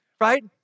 right